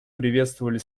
приветствовали